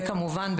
וכמובן,